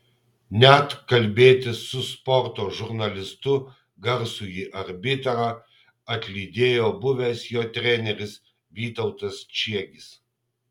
net kalbėtis su sporto žurnalistu garsųjį arbitrą atlydėjo buvęs jo treneris vytautas čiegis